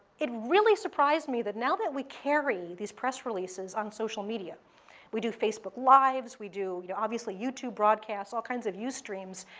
it really surprised me that now that we carry these press releases on social media we do facebook lives, we do you know youtube broadcasts, all kinds of ustreams.